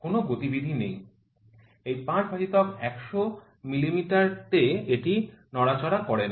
কোনও গতিবিধি নেই এই ৫ ভাজিত ১০০ মিমিতে এটি নড়াচড়া করে না